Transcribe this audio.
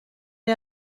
les